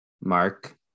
mark